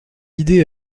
idée